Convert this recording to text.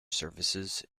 services